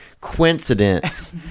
coincidence